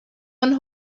one